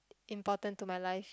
important to my life